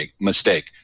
mistake